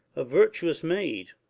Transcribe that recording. a virtuous maid,